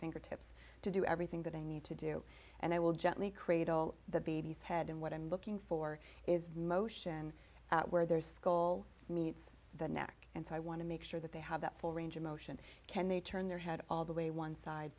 fingertips to do everything that i need to do and i will gently cradle the baby's head and what i'm looking for is motion where there skoal meets the neck and so i want to meet sure that they have that full range of motion can they turn their head all the way one side